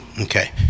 Okay